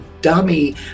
dummy